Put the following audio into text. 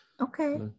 Okay